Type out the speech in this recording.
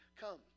come